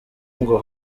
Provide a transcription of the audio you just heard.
ngo